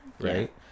right